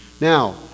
Now